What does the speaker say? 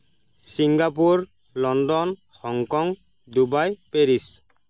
Singapore London Hong Kong Dubai Paris